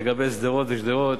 לגבי שׁדרות ושׂדרות.